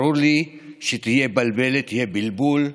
ברור לי שתהיה בלבלת, יהיה בלבול,